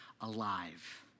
alive